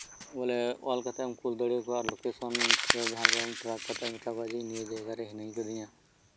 ᱚᱞ ᱠᱟᱛᱮᱢ ᱠᱩᱞ ᱫᱟᱲᱮᱣᱟᱠᱚᱣᱟ ᱞᱳᱠᱮᱥᱚᱱ ᱥᱮ ᱡᱟᱦᱟᱸ ᱡᱟᱭᱜᱟ ᱨᱮ ᱴᱨᱮᱠ ᱠᱟᱛᱮ ᱮ ᱞᱟᱹᱭ ᱫᱟᱲᱮᱭᱟᱠᱚᱣᱟ ᱡᱮ ᱤᱧ ᱱᱚᱸᱰᱮ ᱦᱤᱱᱟᱹᱧᱟ